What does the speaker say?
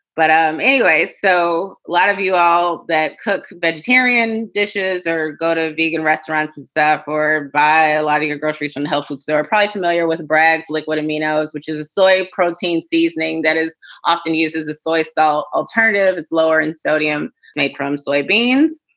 but um anyway, so a lot of you, all that cook vegetarian dishes or go to vegan restaurants, is that or by a lot of your groceries from health foods that are pretty familiar with braggs, like what amino is, which is a soy protein seasoning that is often used as a soy salt alternative is lower in sodium made from soy beans.